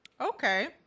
Okay